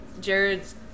Jared's